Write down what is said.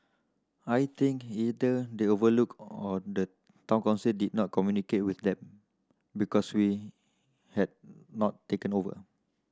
I think either they overlooked or the Town Council did not communicate with them because we had not taken over